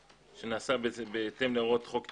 שנעשה בהתאם להוראות חוק תכנון.